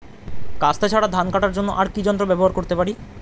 কাস্তে ছাড়া ধান কাটার জন্য আর কি যন্ত্র ব্যবহার করতে পারি?